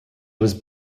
was